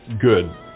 good